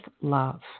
love